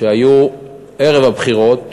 שהיו ערב הבחירות